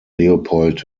leopold